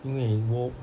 因为 war